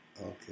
Okay